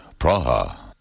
Praha